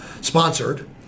sponsored